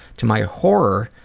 to my horror,